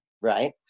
Right